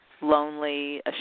lonely